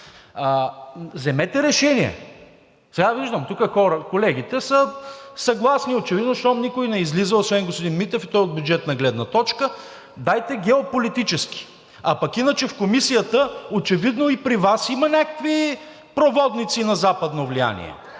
Вземете решение. Сега, виждам тук колегите са съгласни очевидно, щом никой не излиза, освен господин Митев, и той от бюджетна гледна точка, дайте геополитически. А пък иначе в Комисията очевидно и при Вас има някакви проводници на западно влияние